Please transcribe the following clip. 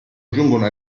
giungono